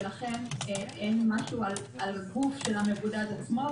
ולכן אין משהו על גוף של המבודד עצמו,